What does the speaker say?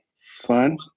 Fun